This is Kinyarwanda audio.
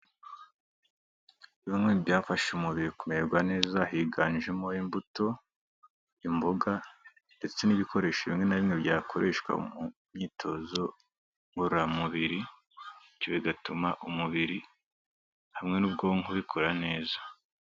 Bimwe mu byafasha umubiri kumererwa neza higanjemo imbuto, imboga ndetse n'ibikoresho bimwe na bimwe byakoreshwa mu myitozo ngororamubiri, bityo bigatuma umubiri hamwe n'ubwonko bikora neza.